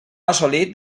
assolit